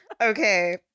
Okay